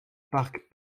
parc